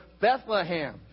Bethlehem